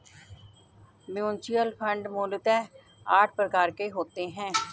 mutual fund मूलतः आठ प्रकार के होते हैं